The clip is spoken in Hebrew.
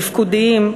תפקודיים,